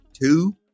two